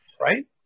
right